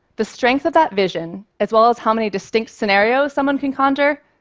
the strength of that vision, as well as how many distinct scenarios someone can conjure,